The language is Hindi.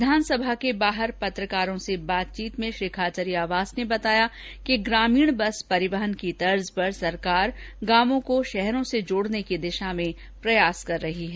विधानसभा के बाहर पत्रकारों से बातचीत में श्री खाचरियावास ने बताया कि ग्रामीण बस परिवहन की तर्ज पर सरकार गावों को शहरों से जोडने की दिशा में प्रयास कर रही है